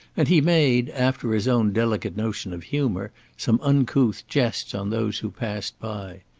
and he made, after his own delicate notion of humour, some uncouth jests on those who passed by.